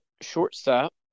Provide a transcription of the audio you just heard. shortstop